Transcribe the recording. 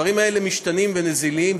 הדברים האלה משתנים ונזילים,